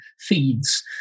feeds